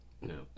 No